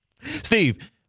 Steve